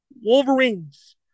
Wolverines